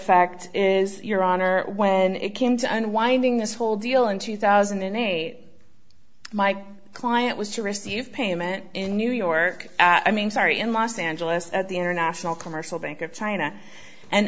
fact is your honor when it came to unwinding this whole deal in two thousand and eight my client was to receive payment in new york i mean sorry in los angeles at the international commercial bank of china and